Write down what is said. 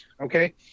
Okay